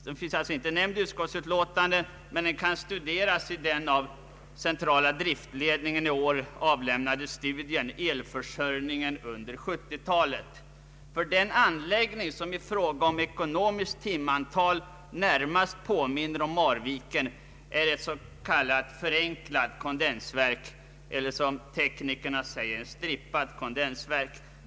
Den finns inte nämnd i utskottsutlåtandet men den kan studeras i den av centrala driftledningen i år utgivna studien ”Elförsörjningen under 1970-talet”. Den anläggnig som i fråga om ekonomiskt timantal närmast påminner om Marviken är ett s.k. förenklat kondensverk eller som teknikerna säger ett ”strippat” kondensverk.